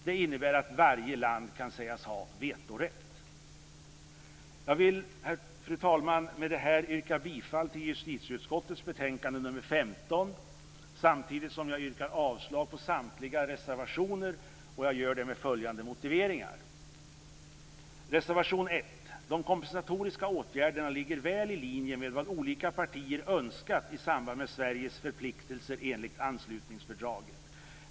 Det innebär att varje land kan sägas ha vetorätt. Fru talman! Jag vill med detta yrka bifall till hemställan i justitieutskottets betänkande nr 15. Samtidigt yrkar jag avslag på samtliga reservationer med följande motiveringar. Reservation 1: De kompensatoriska åtgärderna ligger väl i linje med vad olika partier önskat i samband med Sveriges förpliktelser enligt anslutningsfördraget.